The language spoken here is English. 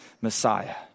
Messiah